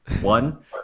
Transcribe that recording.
one